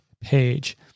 page